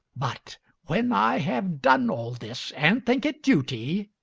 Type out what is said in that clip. but when i have done all this, and think it duty,